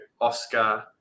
Oscar